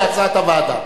כהצעת הוועדה.